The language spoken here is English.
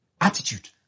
Attitude